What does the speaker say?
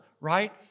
right